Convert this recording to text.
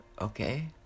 okay